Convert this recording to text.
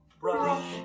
Brush